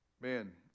Man